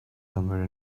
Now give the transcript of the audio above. somewhere